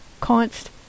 const